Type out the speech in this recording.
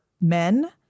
men